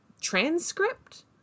transcript